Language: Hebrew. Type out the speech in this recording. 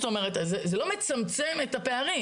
זה לא מצמצם את הפערים,